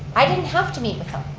i didn't have to meet